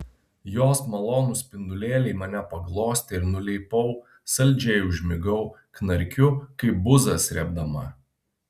jos malonūs spindulėliai mane paglostė ir nuleipau saldžiai užmigau knarkiu kaip buzą srėbdama